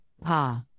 Pa